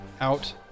out